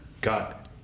got